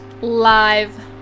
live